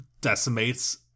decimates